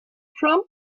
from